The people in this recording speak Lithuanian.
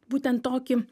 būtent tokį